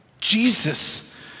Jesus